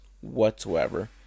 whatsoever